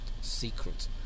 secret